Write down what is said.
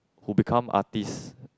who become artists